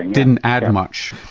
didn't add much.